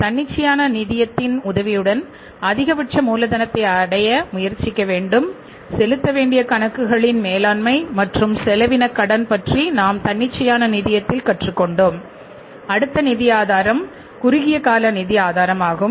தன்னிச்சையான நிதியத்தின் உதவியுடன் அதிகபட்ச மூலதனத்தை அடைய முயற்சிக்க வேண்டும் செலுத்த வேண்டிய கணக்குகளின் மேலாண்மை மற்றும் செலவினக் கடன் பற்றி நாம் தன்னிச்சையான நிதியத்தில் கற்றுக்கொண்டோம் அடுத்த நிதி ஆதாரம் குறுகிய கால நிதி ஆதாரம் ஆகும்